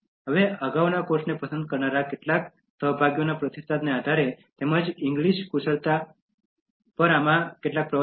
હવે અગાઉના કોર્સને પસંદ કરનારા કેટલાક કોર્સના સહભાગીઓના પ્રતિસાદના આધારે તેમજ અંગ્રેજી કુશળતા પર આમાં આપેલા કેટલાક પ્રવચનો